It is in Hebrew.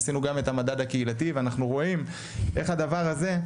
עשינו גם את המדד הקהילתי ואנחנו רואים איך הדבר הזה,